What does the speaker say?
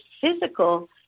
physical